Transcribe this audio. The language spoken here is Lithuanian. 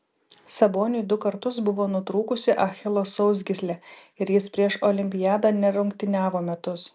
saboniui du kartus buvo nutrūkusi achilo sausgyslė ir jis prieš olimpiadą nerungtyniavo metus